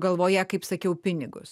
galvoje kaip sakiau pinigus